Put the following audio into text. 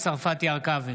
הרכבי,